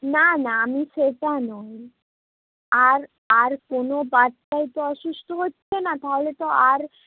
না না আমি সেটা নই আর আর কোনো বাচ্চাই তো অসুস্থ হচ্ছে না তাহলে তো আর